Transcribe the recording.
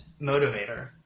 motivator